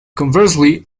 conversely